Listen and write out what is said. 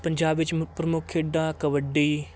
ਪੰਜਾਬ ਵਿੱਚ ਮੁਖ ਪ੍ਰਮੁੱਖ ਖੇਡਾਂ ਕਬੱਡੀ